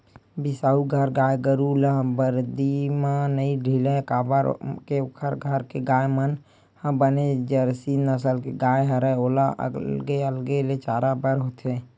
बिसाहू घर गाय गरु ल बरदी म नइ ढिलय काबर के ओखर घर के गाय मन ह बने जरसी नसल के गाय हरय ओला अलगे ले चराय बर होथे